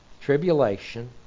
Tribulation